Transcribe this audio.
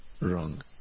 wrong